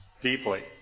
deeply